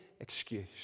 excuse